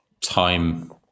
time